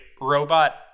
robot